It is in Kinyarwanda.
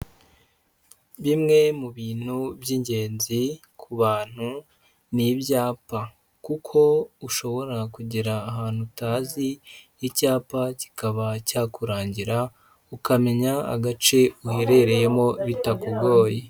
Bimwe mu bintu by'ingenzi ku bantu ni ibyapa. Kuko ushobora kugera ahantu utazi icyapa kikaba cyakurangira ukamenya agace uherereyemo bitakugoye.